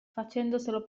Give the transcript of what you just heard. facendoselo